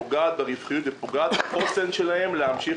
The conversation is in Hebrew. פוגעת ברווחיות ופוגעת בחוסן שלהם להמשיך